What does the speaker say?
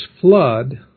flood